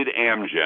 Amgen